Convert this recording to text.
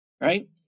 Right